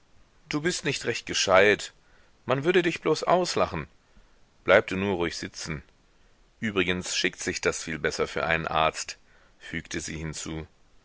du bist nicht recht gescheit man würde dich bloß auslachen bleib du nur ruhig sitzen übrigens schickt sich das viel besser für einen arzt fügte sie hinzu